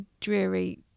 dreary